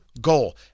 goal